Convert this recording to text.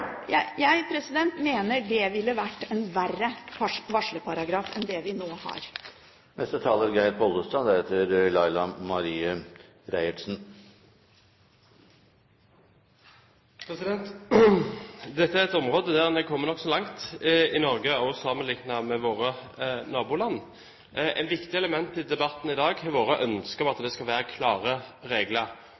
Jeg mener det ville vært en verre varslerparagraf enn den vi nå har. Dette er et område der vi er kommet nokså langt i Norge, også sammenliknet med våre naboland. Et viktig element i debatten i dag har vært ønsket om at det skal være klare regler.